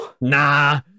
nah